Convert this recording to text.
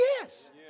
Yes